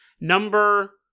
number